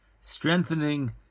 strengthening